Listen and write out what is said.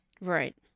right